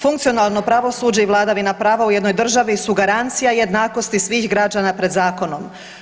Funkcionalno pravosuđe i vladavina prava u jednoj državi su garancija jednakosti svih građana pred zakonom.